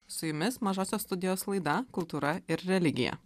su jumis mažosios studijos laida kultūra ir religija